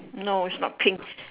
no it's not pink